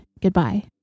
Goodbye